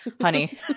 honey